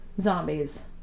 zombies